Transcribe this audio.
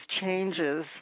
changes